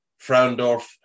Fraundorf